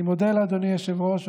אני מודה לאדוני היושב-ראש.